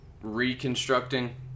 reconstructing